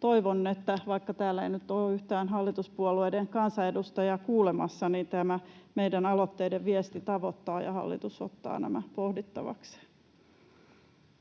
Toivon, että — vaikka täällä ei nyt ole yhtään hallituspuolueiden kansanedustajaa kuulemassa — tämä meidän aloitteiden viesti tavoittaa heidät ja hallitus ottaa nämä pohdittavakseen.